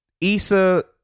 Issa